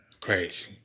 crazy